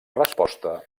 resposta